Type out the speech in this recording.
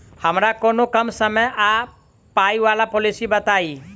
हमरा कोनो कम समय आ पाई वला पोलिसी बताई?